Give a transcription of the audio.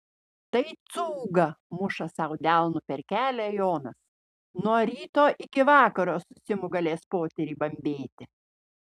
tai cūga muša sau delnu per kelią jonas nuo ryto iki vakaro su simu galės poterį bambėti